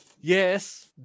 Yes